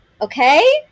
okay